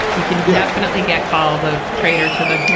you can definitely get called a traitor to that.